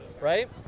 Right